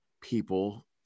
people